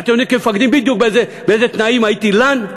בדיוק באיזה תנאים הייתי לן,